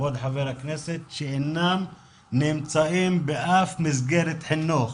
כבוד חבר הכנסת, שאינם נמצאים באף מסגרת חינוך.